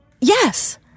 Yes